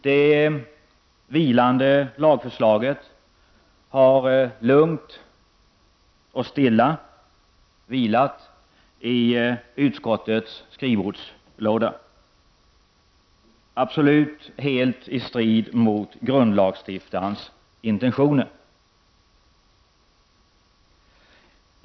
Det vilande lagförslaget har lugnt och stilla vilat i utskottets skrivbordslåda, absolut helt i strid mot grundlagsstiftarnas intentioner.